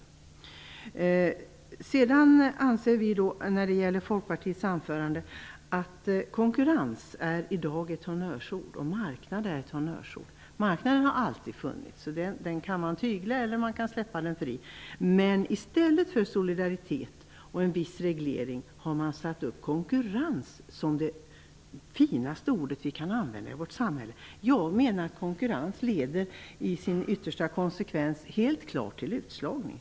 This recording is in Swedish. Vi noterar - apropå anförandet från Folkpartiets representant - att konkurrens och marknad i dag är honnörsord. Marknaden har alltid funnits. Den kan man tygla eller släppa fri, men i stället för solidaritet och en viss reglering har man satt upp konkurrens som det finaste i vårt samhälle. Jag menar att konkurrens som sin yttersta konsekvens helt klart leder till utslagning.